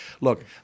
Look